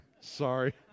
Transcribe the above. sorry